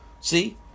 See